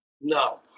No